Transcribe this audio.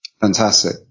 Fantastic